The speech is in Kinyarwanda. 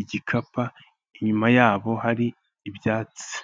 igikapa inyuma yabo hari ibyatsi.